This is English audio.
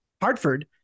Hartford